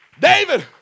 David